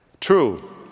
True